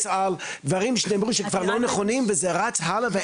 על הרבה דברים שנאמרו ושהם כבר לא נכונים וזה רץ הלאה.